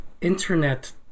internet